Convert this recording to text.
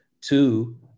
two